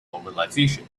normalization